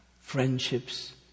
friendships